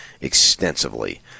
extensively